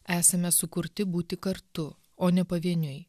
esame sukurti būti kartu o ne pavieniui